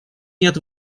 нет